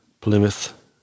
Plymouth